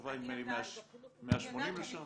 ההקצבה היא נדמה לי 180 לשעה.